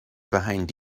behind